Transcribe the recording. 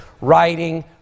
writing